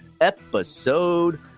episode